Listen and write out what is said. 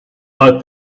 but